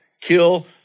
kill